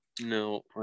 no